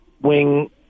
wing